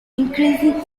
increasing